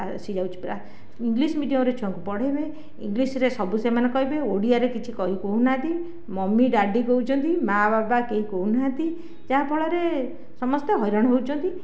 ଆସି ଯାଉଛି ପୁରା ଇଙ୍ଗଲିସ୍ ମିଡ଼ିୟମରେ ଛୁଆଙ୍କୁ ପଢ଼େଇବେ ଇଙ୍ଗଲିସ୍ରେ ସବୁ ସେମାନେ କହିବେ ଓଡ଼ିଆରେ କିଛି କହୁନାହାନ୍ତି ମମି ଡାଡ଼ି କହୁଛନ୍ତି ମାଆ ବାବା କେହି କହୁନାହାନ୍ତି ଯାହାଫଳରେ ସମସ୍ତେ ହଇରାଣ ହେଉଛନ୍ତି